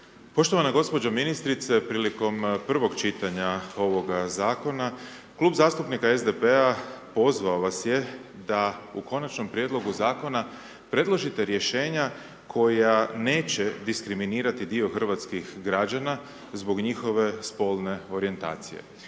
Poštovana gospođo ministrice, prilikom prvog čitanja ovoga Zakona, klub zastupnika SDP-a pozvao vas je da u Konačnom Prijedlogu Zakona predložite rješenja koja neće diskriminirati dio hrvatskih građana zbog njihove spolne orijentacije.